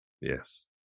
Yes